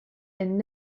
enno